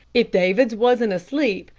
if davids wasn't asleep,